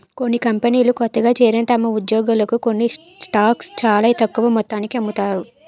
కొన్ని కంపెనీలు కొత్తగా చేరిన తమ ఉద్యోగులకు కొన్ని స్టాక్స్ చాలా తక్కువ మొత్తానికి అమ్ముతారు